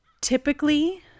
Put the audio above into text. Typically